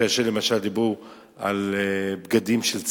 כאשר למשל דיברו על בגדים של צה"ל,